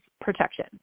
protection